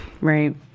Right